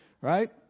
right